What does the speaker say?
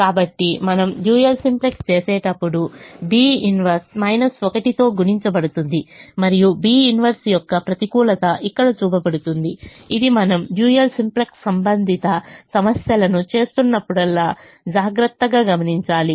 కాబట్టి మనము dual simplex చేసేటప్పుడు B 1 మైనస్ 1 తో గుణించబడుతుంది మరియు B 1 యొక్క ప్రతికూలత ఇక్కడ చూపబడుతుంది ఇది మనము డ్యూయల్ సింప్లెక్స్ సంబంధిత సమస్యలను చేస్తున్నప్పుడల్లా జాగ్రత్తగా గమనించాలి